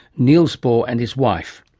neils bohr and his wife.